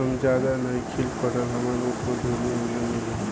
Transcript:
हम ज्यादा नइखिल पढ़ल हमरा मुख्यमंत्री उद्यमी योजना मिली?